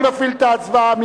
אני מפעיל את ההצבעה.